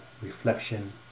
reflection